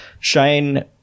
Shane